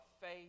faith